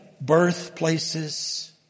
birthplaces